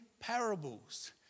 parables